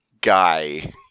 guy